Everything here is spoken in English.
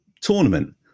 tournament